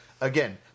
again